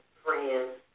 friends